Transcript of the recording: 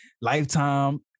Lifetime